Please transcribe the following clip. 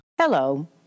Hello